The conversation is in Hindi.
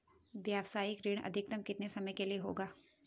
व्यावसायिक ऋण अधिकतम कितने समय के लिए होगा?